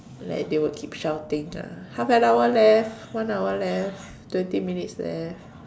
like they will keep shouting ah half an hour left one hour left twenty minutes left